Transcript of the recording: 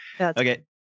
Okay